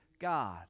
god